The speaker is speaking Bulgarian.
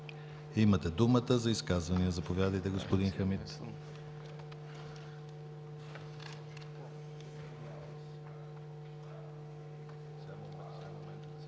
Имате думата за изказвания. Заповядайте, господин Хамид.